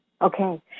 Okay